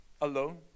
alone